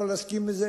לא להסכים עם זה,